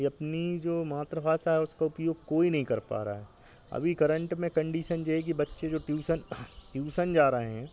यह अपनी जो मात्रभाषा है उसका उपयोग कोई नहीं कर पा रहा है अभी करेंट में कन्डिशन जो है कि बच्चे जो ट्यूसन ट्यूसन जा रहे हैं